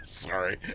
sorry